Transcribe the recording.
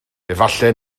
efallai